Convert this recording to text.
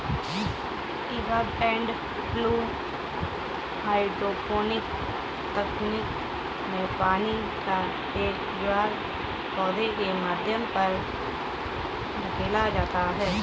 ebb and flow hydroponic तकनीक में पानी का एक ज्वार पौधे के माध्यम पर धकेला जाता है